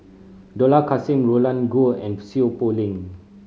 Dollah Kassim Roland Goh and Seow Poh Leng